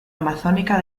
amazónica